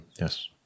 Yes